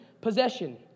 possession